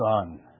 son